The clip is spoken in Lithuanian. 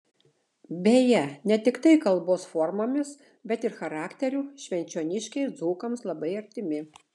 beje ne tiktai kalbos formomis bet ir charakteriu švenčioniškiai dzūkams labai artimi